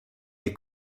les